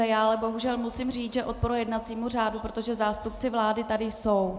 Já ale bohužel musím říct, že odporuje jednacímu řádu, protože zástupci vlády tady jsou.